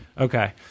Okay